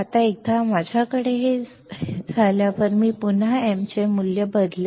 आता एकदा माझ्याकडे हे झाल्यावर मी पुन्हा m चे मूल्य बदलेन